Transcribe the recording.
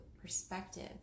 perspective